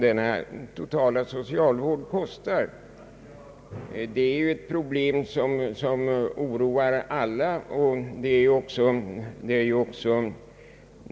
Denna totala social vård drar mycket stora kostnader, och det är ett problem som oroar alla.